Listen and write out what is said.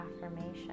affirmation